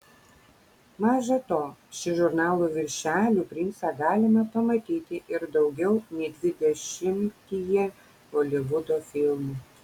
maža to šį žurnalų viršelių princą galima pamatyti ir daugiau nei dvidešimtyje holivudo filmų